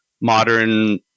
modern